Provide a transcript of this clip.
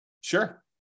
Sure